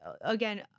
again